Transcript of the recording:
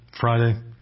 Friday